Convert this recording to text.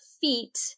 feet